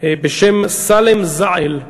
בשם סלאם זעל,